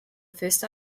first